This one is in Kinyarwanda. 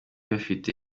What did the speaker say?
bafite